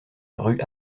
rue